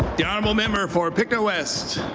the honourable member for pictou west.